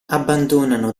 abbandonano